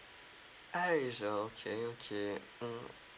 air asia okay okay um